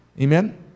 Amen